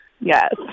Yes